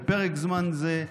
בפרק זמן זה,